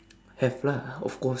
have lah of course